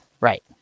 right